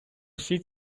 всі